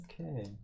Okay